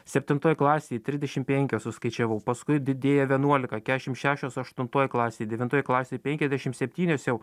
septintoj klasėj trisdešim penkios suskaičiavau paskui didėja vienuolika kesšim šešios aštuntoj klasėje devintoj klasėj penkiasdešim septynios jau